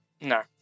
no